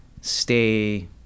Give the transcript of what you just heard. stay